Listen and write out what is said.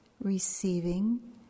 receiving